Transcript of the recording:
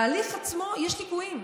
בהליך עצמו יש ליקויים.